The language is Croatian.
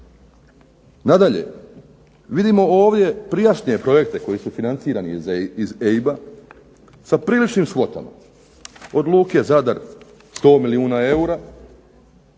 Nadalje, vidimo ovdje prijašnje projekte koji su financirani iz EIB-a sa priličnim svotama. Od luke Zadar 100 milijuna eura,